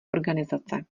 organizace